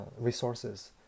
resources